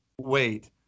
wait